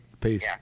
Peace